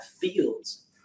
fields